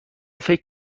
فکر